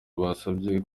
bansabye